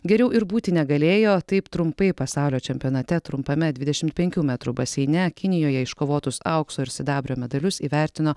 geriau ir būti negalėjo taip trumpai pasaulio čempionate trumpame dvidešimt penkių metrų baseine kinijoje iškovotus aukso ir sidabro medalius įvertino